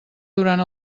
durant